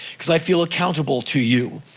cause i feel accountable to you.